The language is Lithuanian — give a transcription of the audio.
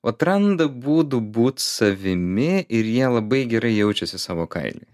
vat randa būdų būt savimi ir jie labai gerai jaučiasi savo kaily